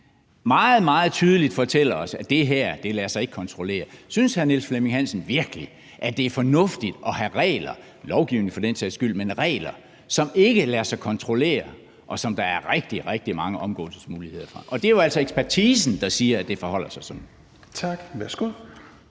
meget, meget tydeligt fortæller os, at det her ikke lader sig kontrollere. Synes hr. Niels Flemming Hansen virkelig, at det er fornuftigt at have regler og lovgivning for den sags skyld, som ikke lader sig kontrollere, og hvor der er rigtig, rigtig mange omgåelsesmuligheder? Det er jo altså ekspertisen, der siger, at det forholder sig sådan. Kl.